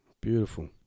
beautiful